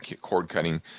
cord-cutting